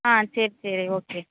ஆ சரி சரி ஓகே